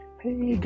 hey